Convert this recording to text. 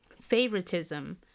Favoritism